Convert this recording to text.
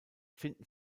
finden